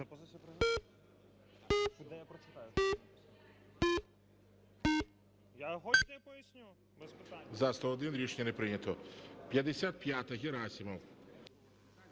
За-101 Рішення не прийнято. 55-а, Герасимов.